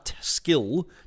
skill